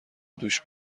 دوش